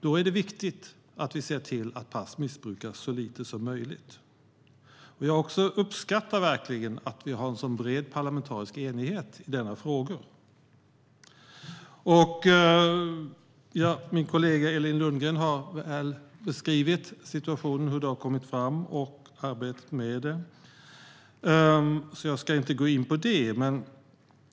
Då är det viktigt att vi ser till att pass missbrukas så lite som möjligt. Jag uppskattar verkligen att vi har en sådan bred parlamentarisk enighet i denna fråga. Min kollega Elin Lundgren har väl beskrivit situationen och hur den har uppstått och arbetet med detta, så jag ska inte gå in på det.